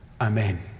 Amen